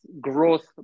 growth